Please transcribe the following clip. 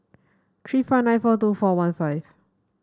three five nine four two four one five